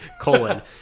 colon